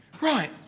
Right